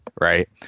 right